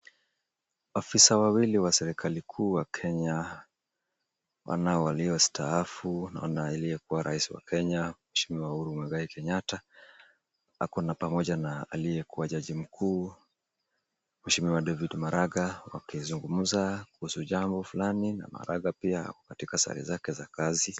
Afisa wawili wa serikali kuu wa Kenya wana waliostaafu, naona aliyekuwa rais wa Kenya mheshimiwa Uhuru Muigai Kenyatta ako na pamoja aliyekuwa jaji mkuu mheshiwa David Maraga wakizungumza kuhusu jambo fulani, na Maraga pia ako katika sare zake za kazi.